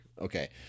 Okay